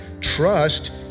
trust